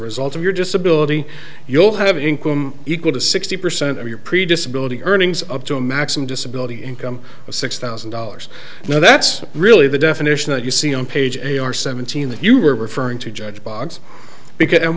result of your disability you'll have income equal to sixty percent of your previous bill to earnings up to a maximum disability income of six thousand dollars no that's really the definition that you see on page a or seventeen that you are referring to judge box